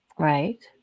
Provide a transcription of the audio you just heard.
Right